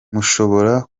mushobora